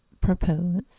propose